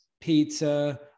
pizza